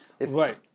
Right